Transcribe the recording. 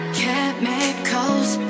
chemicals